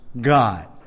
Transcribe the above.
God